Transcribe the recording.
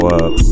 up